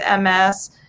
MS